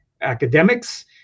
academics